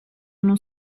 uno